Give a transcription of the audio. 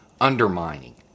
undermining